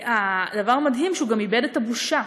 והדבר המדהים הוא שהוא גם איבד את הבושה.